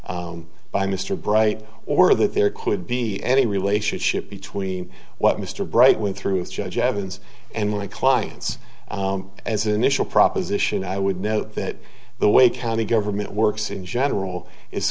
by mr bright or that there could be any relationship between what mr bright went through with judge evans and my clients as initial proposition i would note that the way county government works in general i